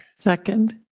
Second